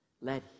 Let